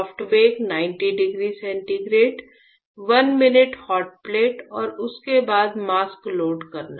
soft bake 90 degree centigrade 1 minute hotplate और उसके बाद मास्क लोड करना